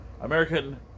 American